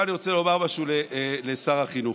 עכשיו אני רוצה לומר משהו לשר החינוך,